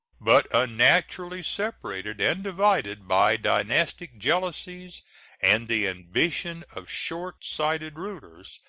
but unnaturally separated and divided by dynastic jealousies and the ambition of short-sighted rulers,